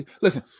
Listen